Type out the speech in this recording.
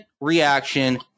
reaction